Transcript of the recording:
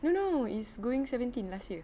no no is going seventeen last year